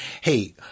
Hey